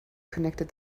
connected